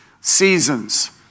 seasons